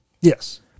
Yes